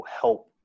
help